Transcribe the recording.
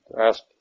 asked